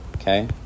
Okay